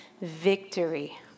victory